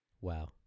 Wow